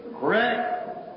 Correct